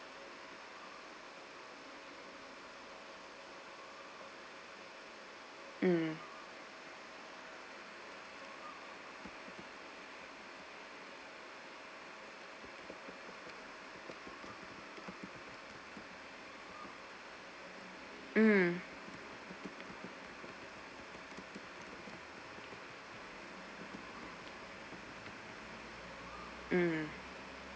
mm